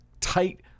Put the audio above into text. tight